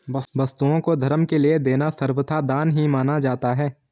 वस्तुओं को धर्म के लिये देना सर्वथा दान ही माना जाता है